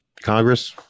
Congress